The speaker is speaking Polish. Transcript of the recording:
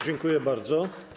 Dziękuję bardzo.